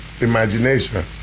imagination